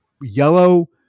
yellow